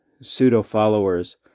pseudo-followers